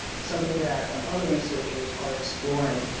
something that um other researchers are exploring.